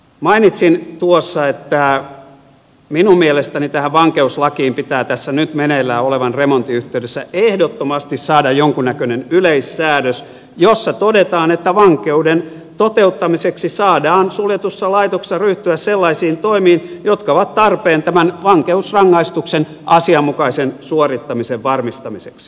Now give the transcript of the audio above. mainitsin tuossa että minun mielestäni tähän vankeuslakiin pitää tässä nyt meneillään olevan remontin yhteydessä ehdottomasti saada jonkunnäköinen yleissäädös jossa todetaan että vankeuden toteuttamiseksi saadaan suljetussa laitoksessa ryhtyä sellaisiin toimiin jotka ovat tarpeen tämän vankeusrangaistuksen asianmukaisen suorittamisen varmistamiseksi